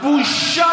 בושה